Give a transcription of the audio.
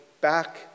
back